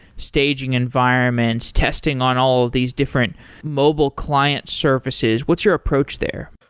staging environments, testing on all these different mobile client surfaces, what's your approach there?